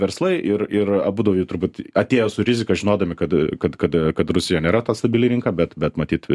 verslai ir ir abudu jau turbūt atėjo su rizika žinodami kad kad kad kad rusija nėra ta stabili rinka bet bet matyt